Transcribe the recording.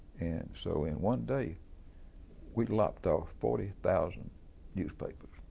and so in one day we lopped of forty thousand newspapers,